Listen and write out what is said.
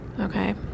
Okay